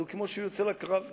אז כמו שהוא יוצא לקרב.